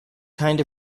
kind